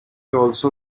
also